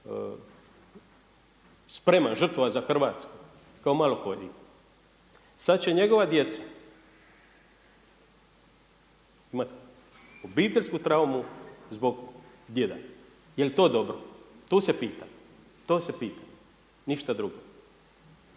spreman žrtvovat za Hrvatsku kao malo koji. Sad će njegova djeca imati obiteljsku traumu zbog djeda. Jel' to dobro? To se pita, ništa drugo.